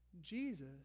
Jesus